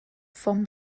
vom